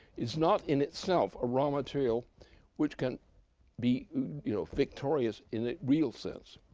is not in itself a raw material which can be you know victorious in a real sense.